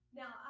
now